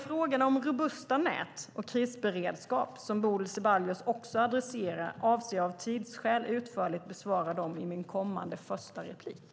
Frågorna om robusta nät och krisberedskap som Bodil Ceballos också adresserar avser jag, av tidsskäl, att besvara utförligt i mitt kommande inlägg.